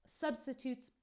substitutes